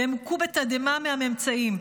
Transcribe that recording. והם הוכו בתדהמה מהממצאים.